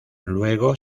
luego